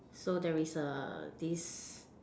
so there is a this